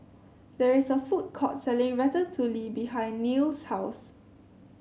there is a food court selling Ratatouille behind Neal's house